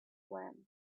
when